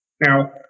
Now